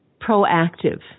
proactive